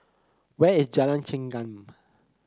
where is Jalan Chengam